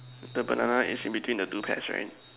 the banana is in between the two pears right